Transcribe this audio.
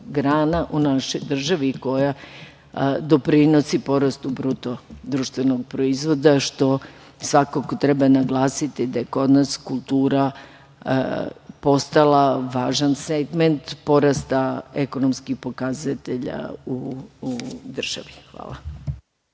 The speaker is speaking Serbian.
grana u našoj državi, koja doprinosi porastu BDP, što svakako treba naglasiti da je kod nas kultura postala važan segment porasta ekonomskih pokazatelja u državi. Hvala.